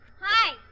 Hi